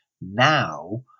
Now